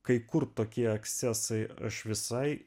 kai kur tokie ekscesai aš visai